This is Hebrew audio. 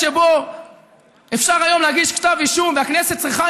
שבו אפשר היום להגיש כתב אישום והכנסת צריכה,